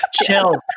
chill